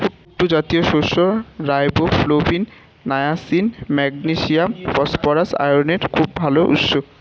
কুট্টু জাতীয় শস্য riboflavin, niacin, magnesium, phosphorus, আয়রনের খুব ভাল উৎস